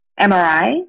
MRI